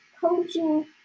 coaching